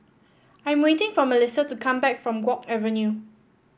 I am waiting for Melissa to come back from Guok Avenue